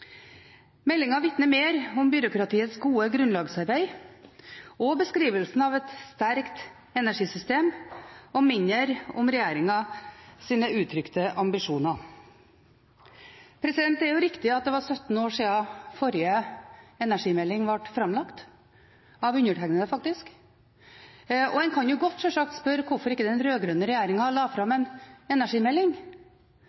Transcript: vitner mer om byråkratiets gode grunnlagsarbeid og beskrivelsen av et sterkt energisystem og mindre om regjeringens uttrykte ambisjoner. Det er riktig at det er 17 år siden forrige energimelding ble framlagt – av undertegnede, faktisk – og en kan sjølsagt godt spørre hvorfor den rød-grønne regjeringen ikke la fram